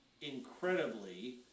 incredibly